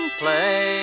play